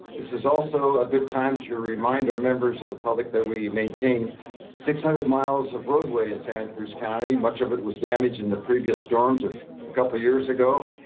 this is also a good time to remind our members of the public that we maintain six hundred miles of roadway in santa cruz county, much of it was damaged in the previous storms of a couple of years ago.